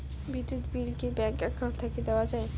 বিদ্যুৎ বিল কি bank account থাকি দেওয়া য়ায়?